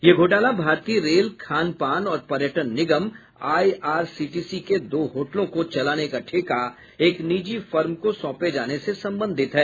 ये घोटाला भारतीय रेल खान पान और पर्यटन निगम I R C T C के दो होटलों को चलाने का ठेका एक निजी फर्म को सौंपे जाने से संबंधित है